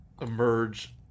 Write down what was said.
emerge